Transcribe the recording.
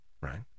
right